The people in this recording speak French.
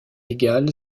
égal